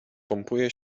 pompuje